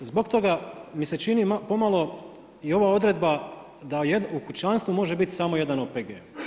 Zbog toga mi se čini malo i ova odredba da u kućanstvu može biti samo jedan OPG.